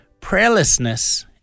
Prayerlessness